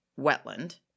wetland